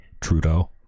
Trudeau